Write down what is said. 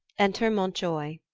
enter mountioy.